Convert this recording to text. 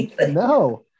No